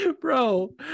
Bro